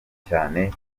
cyane